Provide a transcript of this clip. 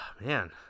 man